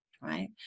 right